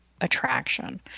attraction